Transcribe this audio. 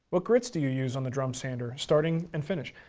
what grits do you use on the drum sander starting and finish?